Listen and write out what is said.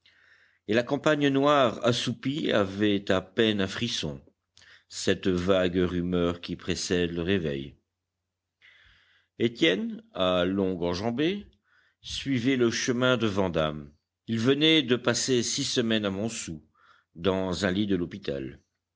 et la campagne noire assoupie avait à peine un frisson cette vague rumeur qui précède le réveil étienne à longues enjambées suivait le chemin de vandame il venait de passer six semaines à montsou dans un lit de l'hôpital